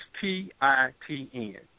P-I-T-N